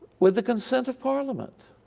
with the consent of parliament.